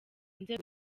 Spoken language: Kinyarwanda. nzego